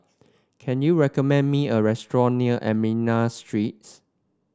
can you recommend me a restaurant near Armenian Streets